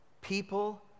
People